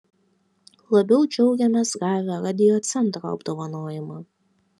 labiau džiaugėmės gavę radiocentro apdovanojimą